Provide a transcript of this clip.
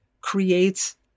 creates